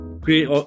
Great